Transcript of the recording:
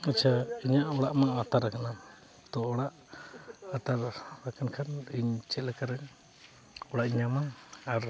ᱟᱪᱪᱷᱟ ᱤᱧᱟᱹᱜ ᱚᱲᱟᱜᱢᱟ ᱟᱛᱟᱨ ᱠᱟᱱᱟ ᱛᱚ ᱚᱲᱟᱜ ᱟᱛᱟᱨ ᱟᱠᱟᱱ ᱠᱷᱟᱱ ᱤᱧ ᱪᱮᱫ ᱞᱮᱠᱟᱨᱮ ᱚᱲᱟᱜ ᱤᱧ ᱧᱟᱢᱟ ᱟᱨ